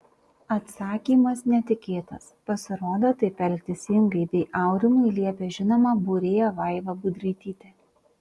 atsakymas netikėtas pasirodo taip elgtis ingai bei aurimui liepė žinoma būrėja vaiva budraitytė